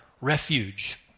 refuge